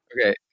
Okay